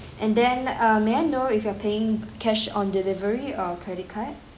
and then uh may I know if you are paying cash on delivery or credit card